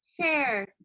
share